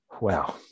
wow